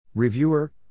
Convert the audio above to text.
Reviewer